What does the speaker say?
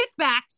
kickbacks